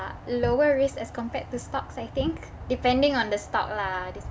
lower risk as compared to stocks I think depending on the stock lah